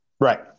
Right